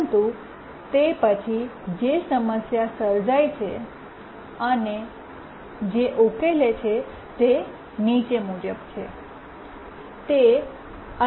પરંતુ તે પછી જે સમસ્યા સર્જાય છે અને જે ઉકેલે છે તે નીચે મુજબ છે